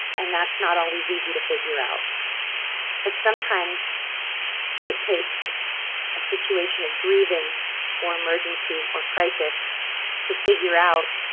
and that's not always easy to figure out but sometimes it takes a situation of grieving or emergency or crisis to figure out